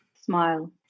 Smile